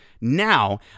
now